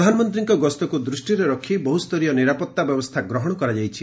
ପ୍ରଧାନମନ୍ତ୍ରୀଙ୍କ ଗସ୍ତକୁ ଦୃଷ୍ଟିରେ ରଖି ବହୁସ୍ତରୀୟ ନିରାପତ୍ତା ବ୍ୟବସ୍ଥା ଗ୍ରହଣ କରାଯାଇଛି